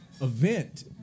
event